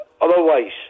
Otherwise